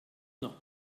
noch